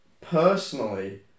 personally